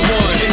one